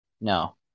No